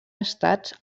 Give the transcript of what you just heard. estats